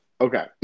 Okay